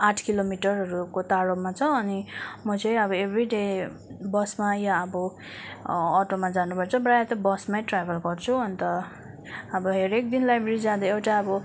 आठ किलोमीटरहरूको टाढोमा छ अनि म चाहिँ अब एभ्रिडे बसमा या अब अटोमा जानुपर्छ प्राय त बसमै ट्राभल गर्छु अन्त अब हरेक दिन लाइब्रेरी जाँदा एउटा अब